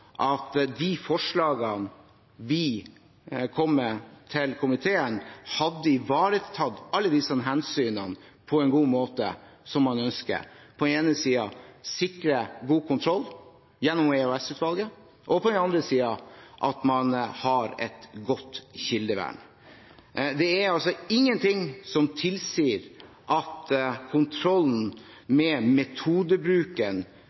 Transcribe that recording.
at de forslagene vi kom med til komiteen, hadde ivaretatt alle disse hensynene på en god måte, som man ønsker – sikre på den ene siden god kontroll gjennom EOS-utvalget og på den andre siden at man har et godt kildevern. Det er ingenting som tilsier at kontrollen